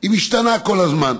היא משתנה כל הזמן.